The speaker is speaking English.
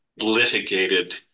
litigated